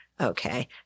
Okay